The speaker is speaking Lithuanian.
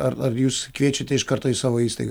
ar ar jūs kviečiate iš karto į savo įstaigą